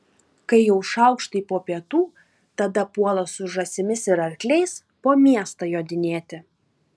kai jau šaukštai po pietų tada puola su žąsimis ir arkliais po miestą jodinėti